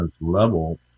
level